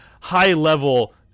high-level